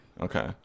Okay